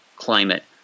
climate